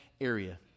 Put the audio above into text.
area